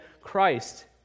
Christ